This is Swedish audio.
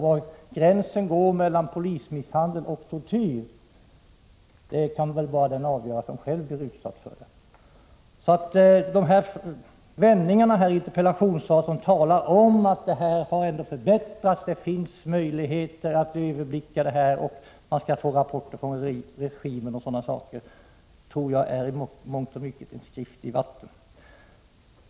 Var gränsen går mellan polismisshandel och tortyr kan väl bara den avgöra som själv blivit utsatt för det. De ordvändningar i interpellationssvaret som talar om att förhållandena ändå har förbättrats, att det finns möjligheter att överblicka situationen, att man skall få rapporter från regimen och sådana saker tror jag i mångt och mycket är en skrift i vatten.